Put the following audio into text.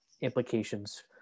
implications